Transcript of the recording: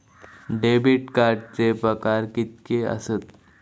Debit कार्डचे प्रकार कीतके आसत?